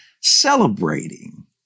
celebrating